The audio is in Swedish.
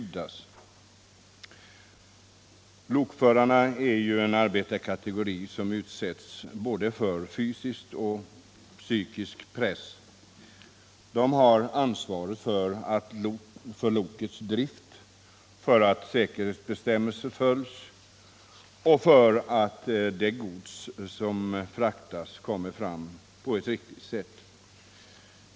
Lokförarna är en arbetarkategori som utsätts både för fysisk och psykisk press. Lokföraren har ansvaret för lokets drift, för att säkerhetsbestämmelserna följs och för att det gods som fraktas kommer fram på ett riktigt sätt.